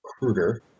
recruiter